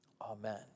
Amen